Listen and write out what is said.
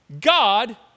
God